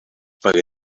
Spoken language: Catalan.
pague